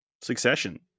Succession